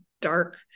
dark